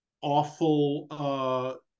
awful